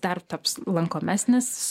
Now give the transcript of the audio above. dar taps lankomesnis